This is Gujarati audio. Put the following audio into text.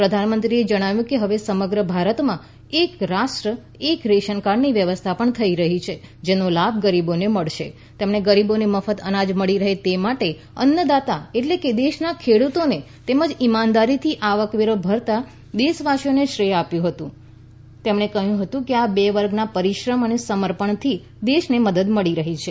પ્રધાનમંત્રીએ જણાવ્યું કે હવે સમગ્ર ભારતમાં એક રાષ્ટ્ર એક રેશન કાર્ડની વ્યવસ્થા પણ થઇ રહી છે જેનો લાભ ગરીબોને મળશે તેમણે ગરીબોને મફત અનાજ મળી રહે છેતે માટે અન્નદાતા એટલે કે દેશના ખેડૂતોને તેમજ ઇમાનદારીથી આવકવેરો ભરતા દેશવાસીઓને શ્રેય આપ્યુ હતુ તેમણે કહ્યું કે આ બે વર્ગના પરિશ્રમ અને સમર્પણથી દેશને મદદ મળીરહી છે